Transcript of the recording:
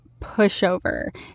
pushover